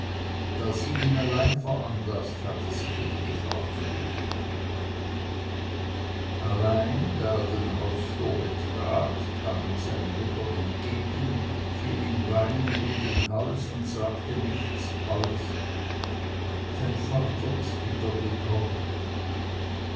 da sie ihn allein veranlaßt hatte sich in die gefahr zu begeben allein da er den hausflur betrat kam ihm seine mutter entgegen fiel ihm weinend um den hals und sagte nichts als dein vater ist